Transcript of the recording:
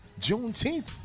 Juneteenth